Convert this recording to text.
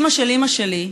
אימא של אימא שלי,